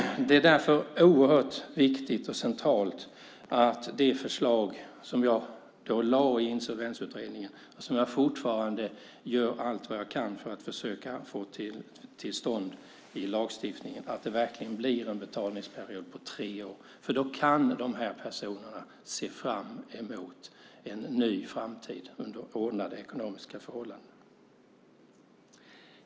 Det är därför viktigt och centralt att det enligt de förslag som jag lade fram i Insolvensutredningen - och där gör jag fortfarande allt jag kan för att försöka få till stånd det i lagstiftningen - verkligen blir en betalningsperiod på tre år. Då kan de här personerna se fram emot en ny framtid under ordnade ekonomiska förhållanden.